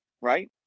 Right